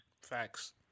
facts